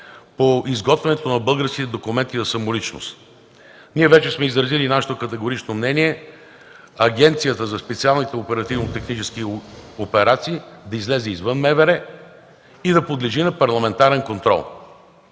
по изготвянето на българските документи за самоличност. Ние вече сме изразили своето категорично мнение Агенцията за специалните оперативно-технически операции да излезе извън МВР и да подлежи на парламентарен контрол.